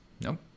Nope